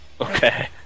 okay